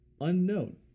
Unknown